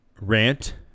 rant